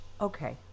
okay